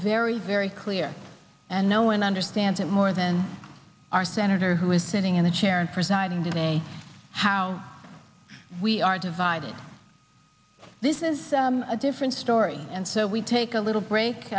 very very clear and no one understands it more than our senator who is sitting in the chair and presiding today how we are divided this is a different story and so we take a little break